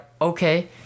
okay